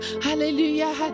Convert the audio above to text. Hallelujah